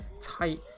tight